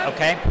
Okay